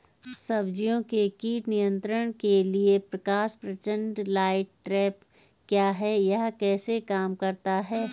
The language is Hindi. सब्जियों के कीट नियंत्रण के लिए प्रकाश प्रपंच लाइट ट्रैप क्या है यह कैसे काम करता है?